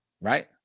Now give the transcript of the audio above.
Right